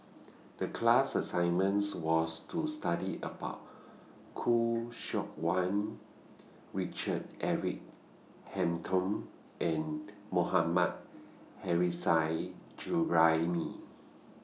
The class assignments was to study about Khoo Seok Wan Richard Eric Holttum and Mohammad hurry Side Juraimi